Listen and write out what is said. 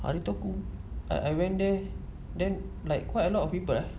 hari tu I I went there then like quite a lot of people ah